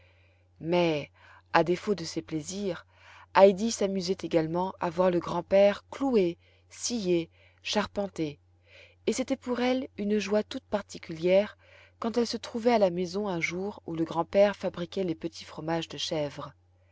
mais à défaut de ces plaisirs heidi s'amusait également à voir le grand-père clouer scier charpenter et c'était pour elle une joie toute particulière quand elle se trouvait à la maison un jour où le grand-père fabriquait les petits fromages de chèvre